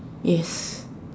yes